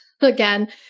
again